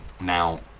now